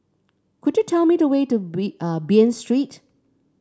could you tell me the way to Bain Street